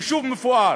יישוב מפואר.